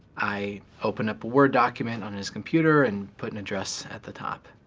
i opened up a word document on his computer and put an address at the top.